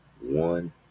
one